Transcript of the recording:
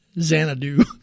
Xanadu